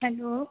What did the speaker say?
hello